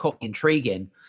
intriguing